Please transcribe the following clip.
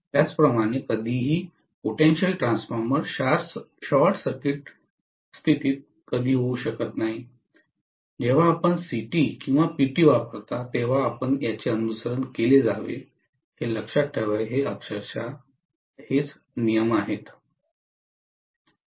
त्याचप्रमाणे कधीही potential transformer short circuit कधीही होऊ शकत नाही जेव्हा आपण सीटी किंवा पीटी वापरता तेव्हा आपण याचे अनुसरण केले जावे हेच अक्षरशः नियम आहेत